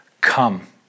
Come